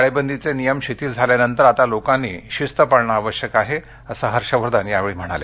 टाळेबंदीचे नियम शिथील झाल्यानंतर आता लोकांनी शिस्त पाळणं आवश्यक आहे असं हर्षवर्धन यावेळी म्हणाले